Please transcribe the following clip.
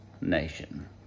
nation